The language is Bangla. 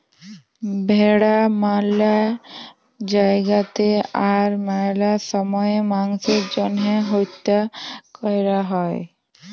ভেড়া ম্যালা জায়গাতে আর ম্যালা সময়ে মাংসের জ্যনহে হত্যা ক্যরা হ্যয়